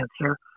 cancer